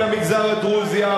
אצל המגזר הדרוזי,